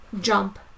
jump